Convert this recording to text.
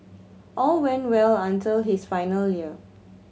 all went well until his final year